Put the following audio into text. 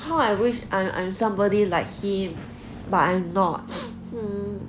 how I wish I'm I'm somebody like him but I'm not